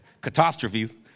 Catastrophes